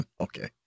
okay